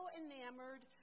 enamored